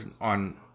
on